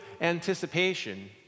anticipation